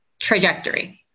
trajectory